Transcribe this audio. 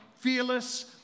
fearless